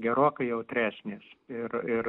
ne gerokai jautresnės ir ir